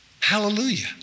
Hallelujah